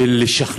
ולהתייחס